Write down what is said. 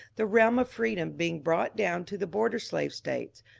the realm of freedom being brought down to the border slaye states,